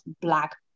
black